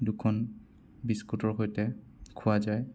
দুখন বিস্কুটৰ সৈতে খোৱা যায়